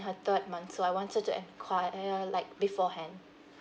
her third month so I wanted to enquire like beforehand